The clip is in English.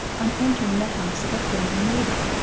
on entering the house of a friend or neighbor,